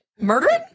Murdering